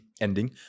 ending